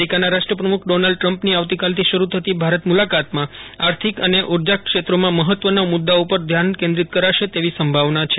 અમેરિકાના રાષ્ટ્રપ્રમુખ ડોનાલ્ડ ટ્રમ્પની આવતકાલથી શરૂ થતી ભારત મુલાકાતમાં આર્થિક અને ઊર્જા ક્ષેત્રોમાં મફત્વના મુદ્દાઓ ઉપર ધ્યાન કેન્દ્રિત કરાશે તેવી સંભાવના છે